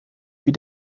wie